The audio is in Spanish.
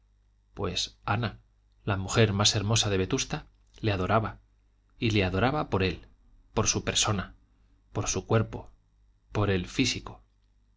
pues ana la mujer más hermosa de vetusta le adoraba y le adoraba por él por su persona por su cuerpo por el físico